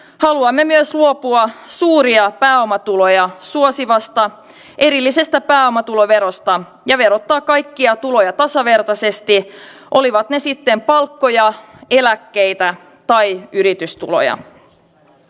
haluamme myös luopua suuria pääomatuloja suosivasta erillisestä pääomatuloverosta ja verottaa kaikkia tuloja tasavertaisesti olivat ne sitten palkkoja eläkkeitä tai yritystuloja